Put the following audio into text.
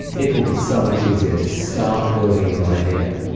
it will be so much easier to start building your idea.